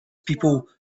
people